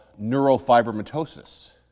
neurofibromatosis